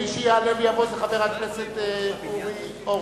מי שיעלה ויבוא זה חבר הכנסת אורי אורבך.